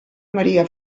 marià